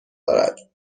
دارد